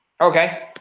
Okay